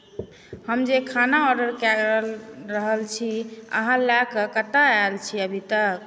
हम जे खाना आर्डर कए रहल छी आहाँ लए कऽ कतऽ आएल छी अभी तक